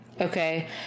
okay